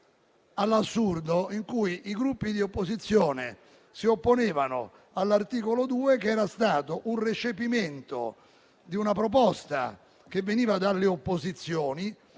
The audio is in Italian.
all'assurdo, con i Gruppi di opposizione che si opponevano all'articolo 2, che era frutto del recepimento di una proposta che veniva dalle opposizioni